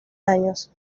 años